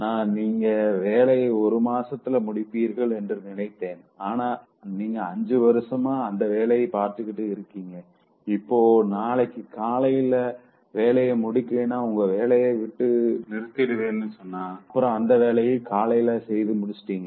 நா நீங்க வேலையை ஒரு மாசத்துல முடிப்பீர்கள் என்று நினைத்தேன் ஆனா நீங்க 5 வருஷமா அந்த வேலைய பாத்துட்டு இருக்கீங்க இப்போ நாளைக்கு காலையில வேலைய முடிக்கலனா உங்கள வேலையை விட்டு நிறுத்திடுவேன்னு சொன்னதுக்கு அப்புறம் அந்த வேலையை காலையில செய்து முடிச்சிட்டீங்க